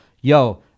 yo